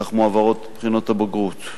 כך מועברות בחינות הבגרות.